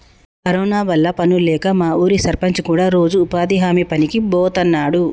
corona వల్ల పనుల్లేక మా ఊరి సర్పంచ్ కూడా రోజూ ఉపాధి హామీ పనికి బోతన్నాడు